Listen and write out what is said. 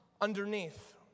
underneath